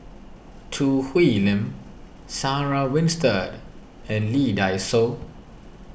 Choo Hwee Lim Sarah Winstedt and Lee Dai Soh